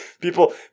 People